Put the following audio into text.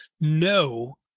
no